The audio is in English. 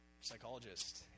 psychologist